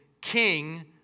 king